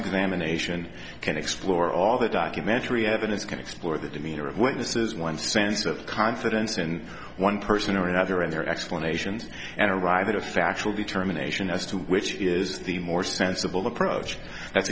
examination can explore all the documentary evidence can explore the demeanor of witnesses one sense of confidence and one person or another in their explanations and arrive at a factual determination as to which is the more sensible approach that's